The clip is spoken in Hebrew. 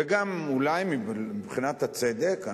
וגם אולי מבחינת הצדק,